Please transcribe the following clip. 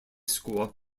school